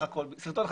(הקרנת סרטון) קיצור של סרט יותר